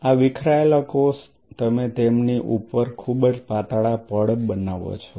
આ વિખરાયેલા કોષ તમે તેની ઉપર ખૂબ જ પાતળા પડ બનાવો છો